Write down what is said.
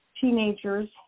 teenagers –